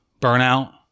burnout